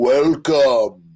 Welcome